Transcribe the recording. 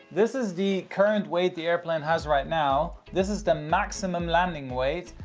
this is the current weight the airplane has right now. this is the maximum landing weight.